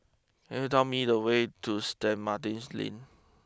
could you tell me the way to stay Martin's Lane